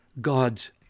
God's